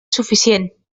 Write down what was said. suficient